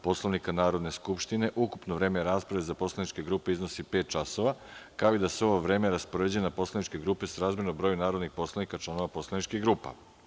Poslovnika Narodne skupštine, ukupno vreme rasprave za poslaničke grupe iznosi pet časova, kao i da se ovo vreme raspoređuje na poslaničke grupe srazmerno broju narodnih poslanika članova poslaničkih grupa.